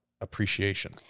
appreciation